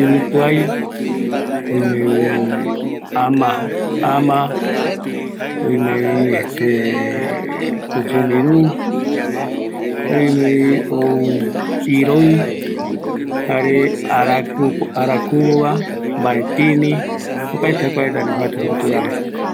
ɨvɨtuai, küjumiru, ɨvɨtuai, aratïni, araroï, jae se aikuague